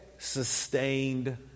sustained